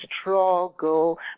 struggle